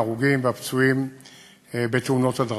ההרוגים והפצועים בתאונות הדרכים.